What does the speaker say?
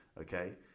Okay